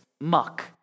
muck